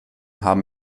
haben